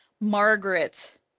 Margaret